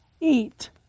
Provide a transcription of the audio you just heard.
eat